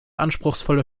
anspruchsvolle